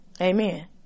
Amen